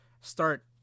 start